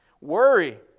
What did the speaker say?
Worry